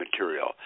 Material